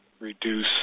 reduce